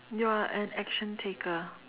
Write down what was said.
you're an action taker